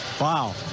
Wow